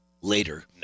later